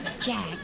Jack